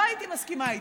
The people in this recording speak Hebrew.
לא הייתי מסכימה איתה.